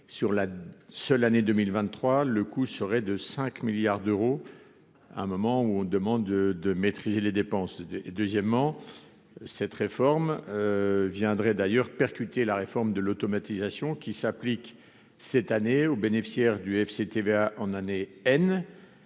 sur la seule année 2023, le coût serait de 5 milliards d'euros, à un moment où on demande de de maîtriser les dépenses, deuxièmement, cette réforme viendrait d'ailleurs percuté la réforme de l'automatisation qui s'applique cette année aux bénéficiaires du FCTVA en année N